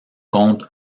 comte